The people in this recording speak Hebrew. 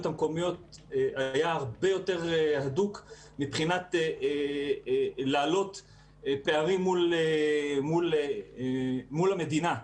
היה הרבה יותר הדוק מבחינת העלאת פערים מול המדינה.